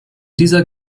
dieser